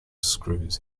screws